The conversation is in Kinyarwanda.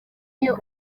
iyo